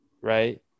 right